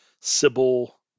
Sybil